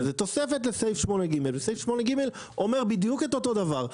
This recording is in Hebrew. זה תוספת לסעיף 8ג' שאומר בדיוק את אותו דבר.